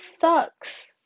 sucks